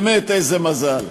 באמת איזה מזל.